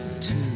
two